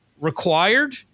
required